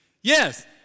Yes